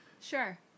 Sure